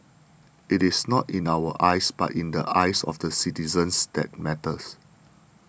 it is not in our eyes but in the eyes of the citizens that matters